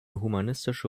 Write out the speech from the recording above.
humanistische